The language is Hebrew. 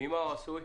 ממה הוא עשוי?